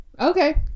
Okay